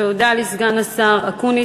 תודה לסגן השר אקוניס.